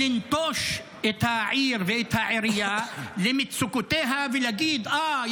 לנטוש את העיר ואת העירייה למצוקותיה ולהגיד: אה,